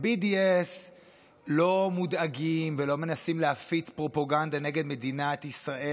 ה-BDS לא מודאגים ולא מנסים להפיץ פרופגנדה נגד מדינת ישראל